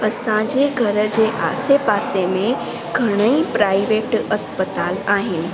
असांजे घर जे आसे पासे में घणे ई प्राइवेट अस्पताल आहिनि